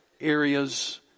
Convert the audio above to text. areas